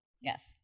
Yes